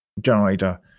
generator